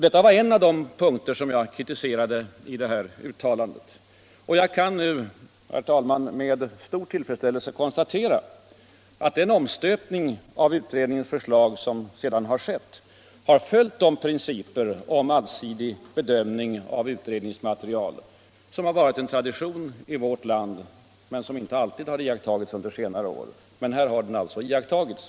Detta var en av de punkter som jag kritiserade i uttalandet 1974, och jag kan nu, herr talman, med stor tillfredsställelse konstatera att den omstöpning av utredningens förslag som sedan skett har följt de principer om en allsidig bedömning av utredningsmaterialet som har varit en tradition i vårt land men som inte alltid har iakttagits under senare år. Här har den alltså iakttagits.